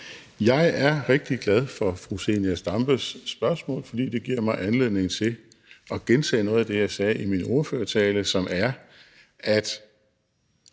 Jeg er rigtig glad for fru Zenia Stampes spørgsmål, for det giver mig anledning til at gentage noget af det, jeg sagde i min ordførertale, og det er, at